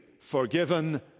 forgiven